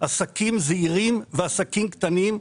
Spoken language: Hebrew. עסקים זעירים ועסקים קטנים,